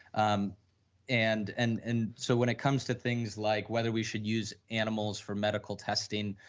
um and and and so, when it comes to things like whether we should use animals for medical testing,